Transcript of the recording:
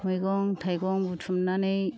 मैगं थाइगं बुथुमनानै